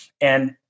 And-